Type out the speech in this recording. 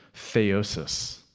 theosis